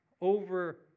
over